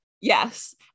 Yes